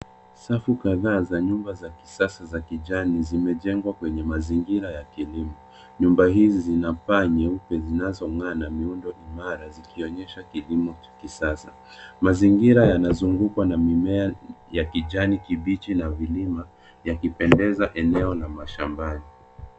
Safu kadhaa za nyumba za kisasa za kijani zimejengwa kwenye mazingira ya kilimo. Nyuma hizi zinapaa nyeupe zinazong'aa na miundo imara zikionyesha kilimo cha kisasa. Mazingira yanazungukwa na mimea ya kijani kibichi na vilima, yakipendeza eneo la mashambani.